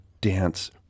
dance